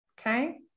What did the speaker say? Okay